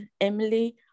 emily